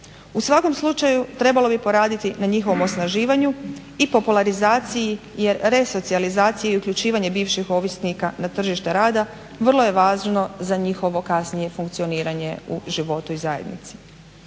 U svakom slučaju trebalo bi poraditi na njihovom osnaživanju i popularizaciji jer resocijalizacija i uključivanje bivših ovisnika na tržište rada vrlo je važno za njihovo kasnije funkcioniranje u životu i zajednici.